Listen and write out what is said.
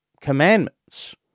commandments